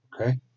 Okay